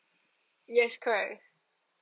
yes correct